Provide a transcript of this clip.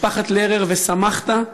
משפחת לרר, "ושמחת",